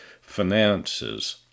finances